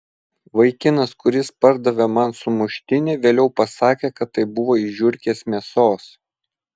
vaikinas kuris pardavė man sumuštinį vėliau pasakė kad tai buvo iš žiurkės mėsos